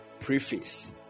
Preface